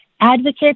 advocates